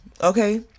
Okay